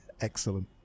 Excellent